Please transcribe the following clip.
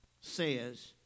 says